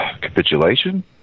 capitulation